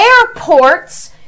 airports